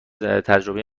تجربه